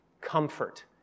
comfort